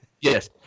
Yes